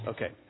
Okay